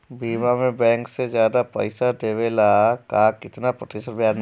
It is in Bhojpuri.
बीमा में बैंक से ज्यादा पइसा देवेला का कितना प्रतिशत ब्याज मिलेला?